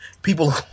People